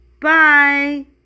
Bye